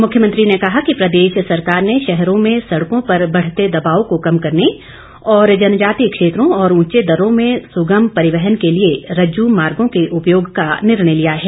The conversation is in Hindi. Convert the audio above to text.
मुख्यमंत्री ने कहा कि प्रदेश सरकार ने शहरों में सड़कों पर बढ़ते दबाव को कम करने और जनजातीय क्षेत्रों और ऊंचे दर्रो में सुगम परिवहन के लिए रज्जू मार्गो के उपयोग का निर्णय लिया है